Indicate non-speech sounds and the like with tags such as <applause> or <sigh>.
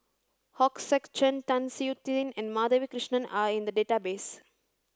<unintelligible> Sek Chern Tan Siew Sin and Madhavi Krishnan are in the database